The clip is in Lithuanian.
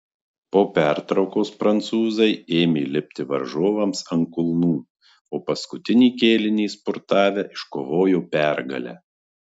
po pertraukos prancūzai ėmė lipti varžovams ant kulnų o paskutinį kėlinį spurtavę iškovojo pergalę